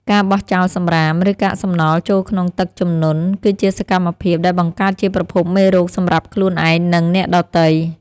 ការបោះចោលសម្រាម ឬកាកសំណល់ចូលក្នុងទឹកជំនន់គឺជាសកម្មភាពដែលបង្កើតជាប្រភពមេរោគសម្រាប់ខ្លួនឯង និងអ្នកដទៃ។